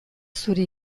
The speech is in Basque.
zuri